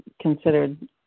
considered